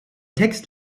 text